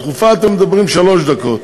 בדחופה אתם מדברים שלוש דקות.